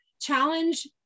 challenge